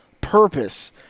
purpose